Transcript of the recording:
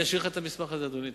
אני אשאיר לך את המסמך הזה, אדוני.